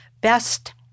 Best